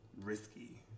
risky